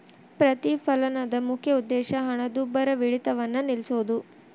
ಪ್ರತಿಫಲನದ ಮುಖ್ಯ ಉದ್ದೇಶ ಹಣದುಬ್ಬರವಿಳಿತವನ್ನ ನಿಲ್ಸೋದು